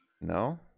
No